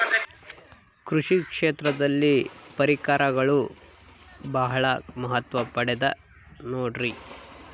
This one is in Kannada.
ಕೃಷಿ ಕ್ಷೇತ್ರದಲ್ಲಿ ಪರಿಕರಗಳು ಬಹಳ ಮಹತ್ವ ಪಡೆದ ನೋಡ್ರಿ?